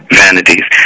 vanities